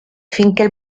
finché